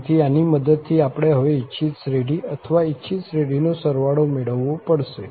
તેથી આની મદદથી આપણે હવે ઇચ્છિત શ્રેઢી અથવા ઇચ્છિત શ્રેઢીનો સરવાળો મેળવવો પડશે